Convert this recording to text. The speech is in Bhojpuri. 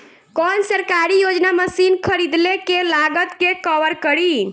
कौन सरकारी योजना मशीन खरीदले के लागत के कवर करीं?